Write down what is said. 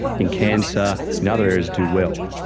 in cancer, in other areas do well.